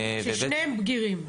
ששניהם בגירים?